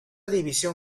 división